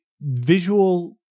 visual